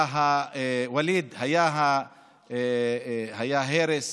ווליד, היו הרס